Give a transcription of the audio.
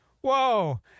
whoa